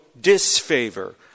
disfavor